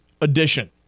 edition